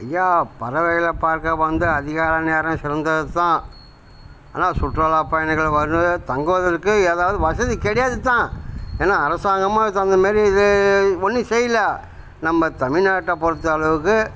ஐயா பறவைகளை பார்க்க வந்து அதிகாலை நேரம் சிறந்தது தான் ஆனால் சுற்றுலா பயணிகள் வந்து தங்குவதற்கு ஏதாவது வசதி கிடையாதுதான் ஏனால் அரசாங்கமும் அதுக்கு தகுந்த மாரி இது ஒன்றும் செய்யலை நம்ம தமிழ்நாட்டை பொறுத்த அளவுக்கு